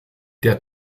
der